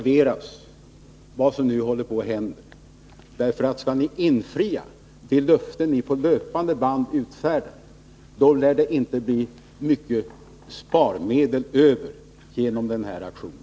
Vad som nu håller på att hända skall observeras, för skall ni infria de löften ni nu utfärdar lär det inte bli så mycket pengar över på hela denna aktion.